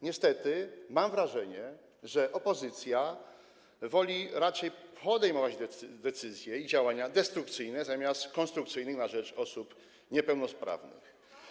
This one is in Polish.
Niestety mam wrażenie, że opozycja woli raczej podejmować decyzje i działania destrukcyjne zamiast konstrukcyjnych na rzecz osób niepełnosprawnych.